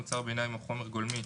מוצר ביניים או חומר גולמי,